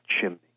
chimney